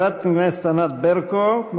חברת הכנסת ענת ברקו,